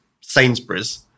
Sainsbury's